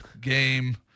game